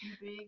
Big